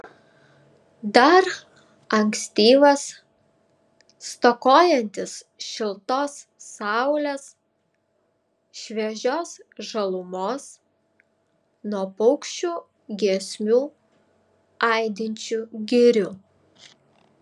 dar ankstyvas stokojantis šiltos saulės šviežios žalumos nuo paukščių giesmių aidinčių girių